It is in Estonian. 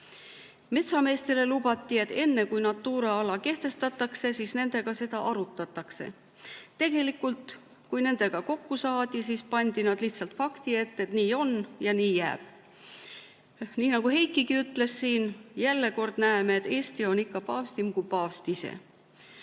mõistlikult. Metsameestele lubati, et enne kui Natura ala kehtestatakse, nendega seda arutatakse. Tegelikult, kui nendega kokku saadi, siis pandi nad lihtsalt fakti ette, et nii on ja nii jääb. Nii nagu Heikigi ütles, jälle näeme, et Eesti on ikka paavstim kui paavst ise. Nüüd